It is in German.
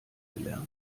gelernt